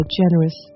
generous